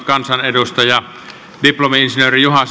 kansanedustaja diplomi insinööri juha